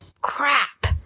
crap